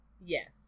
Yes